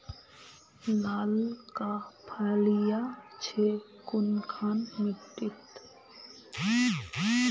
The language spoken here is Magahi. लालका फलिया छै कुनखान मिट्टी त?